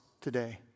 today